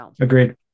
Agreed